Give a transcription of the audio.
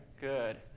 Good